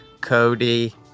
Cody